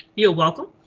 you're welcome,